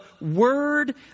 word